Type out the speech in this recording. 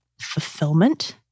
fulfillment